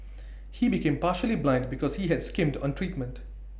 he became partially blind because he had skimmed on treatment